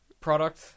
product